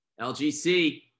lgc